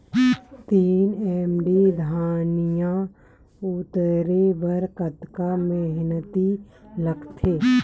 तीन एम.टी धनिया उतारे बर कतका मेहनती लागथे?